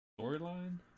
storyline